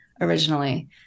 originally